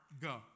go